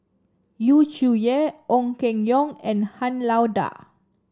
Yu Zhuye Ong Keng Yong and Han Lao Da